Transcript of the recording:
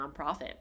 nonprofit